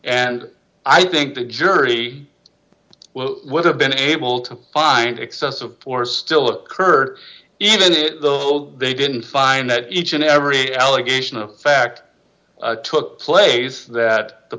and i think the jury well what have been able to find excessive force still occur even though they didn't find that each and every allegation of fact took place that the